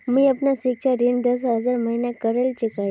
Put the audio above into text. मी अपना सिक्षा ऋण दस हज़ार महिना करे चुकाही